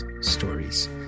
stories